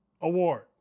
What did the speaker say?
award